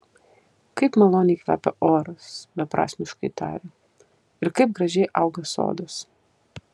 kaip maloniai kvepia oras beprasmiškai tarė ir kaip gražiai auga sodas